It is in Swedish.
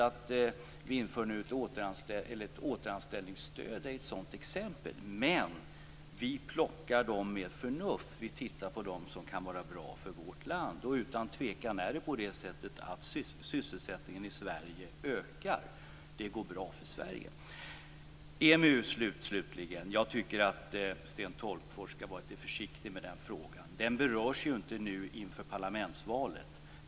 Att vi inför ett återanställningsstöd är ett exempel, men vi plockar dem med förnuft. Vi tittar på dem som kan vara bra för vårt land. Det är också utan tvivel så att sysselsättningen i Sverige ökar. Det går bra för Sverige. Vad slutligen gäller EMU-frågan tycker jag att Sten Tolgfors skall vara lite försiktig. Den frågan är ju inte aktuell inför parlamentsvalet.